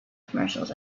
commercials